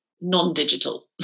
non-digital